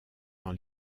dans